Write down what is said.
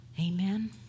Amen